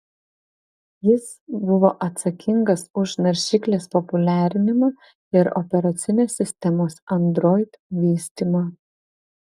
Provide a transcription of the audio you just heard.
jis buvo atsakingas už naršyklės populiarinimą ir operacinės sistemos android vystymą